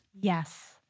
Yes